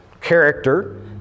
character